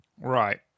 Right